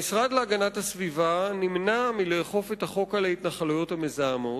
המשרד להגנת הסביבה נמנע מלאכוף את החוק על ההתנחלויות המזהמות,